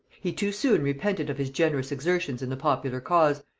he too soon repented of his generous exertions in the popular cause,